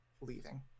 leaving